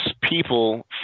people